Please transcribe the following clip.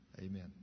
Amen